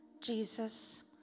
Jesus